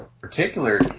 particular